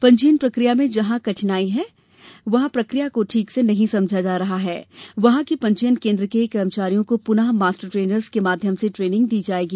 पंजीयन प्रक्रिया में जहाँ कठिनाई है या प्रक्रिया को ठीक से नहीं समझा जा रहा है वहाँ के पंजीयन केन्द्र के कर्मचारियों को पुनः मास्टर ट्रेनर्स के माध्यम से ट्रेनिंग दी जायेगी